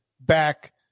back